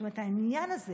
זאת אומרת, העניין הזה